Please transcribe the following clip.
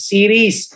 Series